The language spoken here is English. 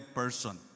person